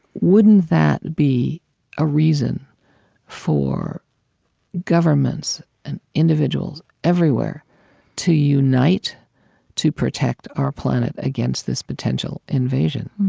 wouldn't that be a reason for governments and individuals everywhere to unite to protect our planet against this potential invasion?